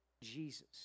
Jesus